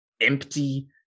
empty